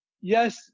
yes